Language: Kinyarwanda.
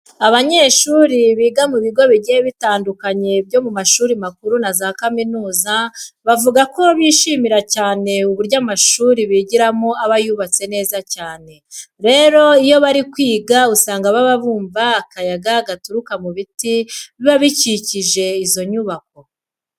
Abanyeshuri biga mu bigo bigiye bitandukanye byo mu mashuri makuru na za kaminuza, bavuga ko bishimira cyane uburyo amashuri bigiramo aba yubatse neza cyane. Rero iyo bari kwiga usanga baba bumva akayaga gaturuka mu biti biba bikikije izo nyubako.